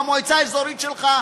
במועצה האזורית שלך,